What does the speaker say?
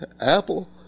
Apple